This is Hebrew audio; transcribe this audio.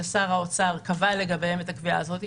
גופים ששר האוצר קבע לגביהם את הקביעה הזאת.